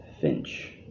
Finch